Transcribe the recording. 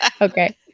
Okay